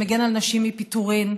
שמגן על נשים מפיטורים,